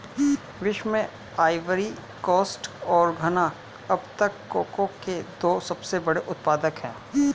विश्व में Ivory Coast और घना अब तक कोको के दो सबसे बड़े उत्पादक है